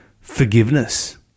forgiveness